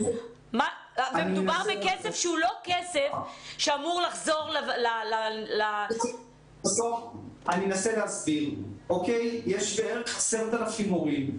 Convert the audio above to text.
מדובר בכסף שלא אמור לחזור -- אני אנסה להסביר: יש בערך 10,000 הורים.